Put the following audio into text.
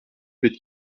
mit